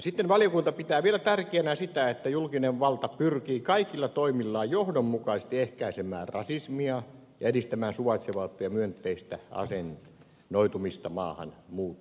sitten valiokunta pitää vielä tärkeänä sitä että julkinen valta pyrkii kaikilla toimillaan johdonmukaisesti ehkäisemään rasismia ja edistämään suvaitsevuutta ja myönteistä asennoitumista maahanmuuttajiin